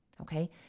Okay